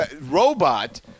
Robot